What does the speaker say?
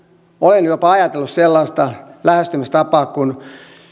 olen jopa ajatellut sellaista lähestymistapaa kun